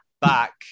back